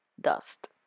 dust